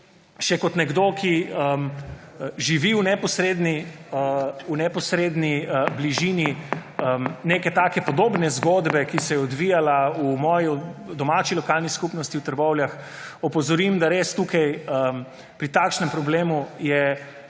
še kot nekdo, ki živi v neposredni bližini neke takšne podobne zgodbe, ki se je odvijala v moji domači lokalni skupnosti v Trbovljah, opozorim, da pri takšnem problemu